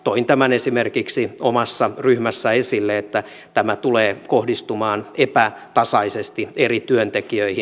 toin tämän esimerkiksi omassa ryhmässä esille että tämä tulee kohdistumaan epätasaisesti eri työntekijöihin